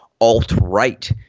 alt-right